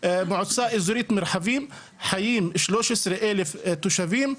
מועצה אזורית מרחבים חיים 13,000 תושבים.